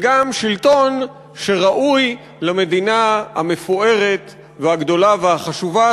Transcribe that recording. וגם שלטון שראוי למדינה המפוארת והגדולה והחשובה